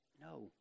No